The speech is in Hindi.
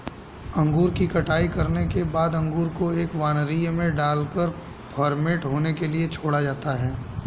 अंगूर की कटाई करने के बाद अंगूर को एक वायनरी में डालकर फर्मेंट होने के लिए छोड़ा जाता है